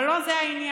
אבל לא זה העניין.